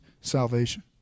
salvation